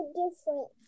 different